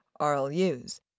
RLUs